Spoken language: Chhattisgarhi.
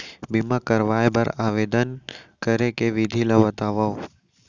बीमा करवाय बर आवेदन करे के विधि ल बतावव?